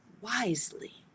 wisely